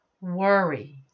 worry